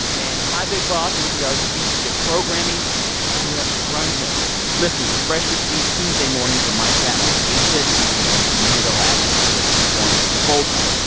and my big boss, npr's vp of programming, is anya grundmann listeners, refresh your feed tuesday morning for my chat with aisha dee and amanda lasher from freeform's the bold type.